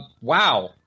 wow